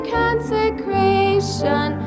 consecration